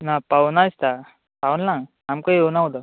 ना पावूना दिसता पावलना आमकां येवना उदक